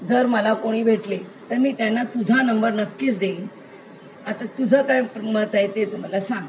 जर मला कोणी भेटले तर मी त्याना तुझा नंबर नक्कीच देईन आता तुझं काय मत आहे ते तू मला सांग